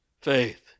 faith